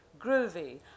groovy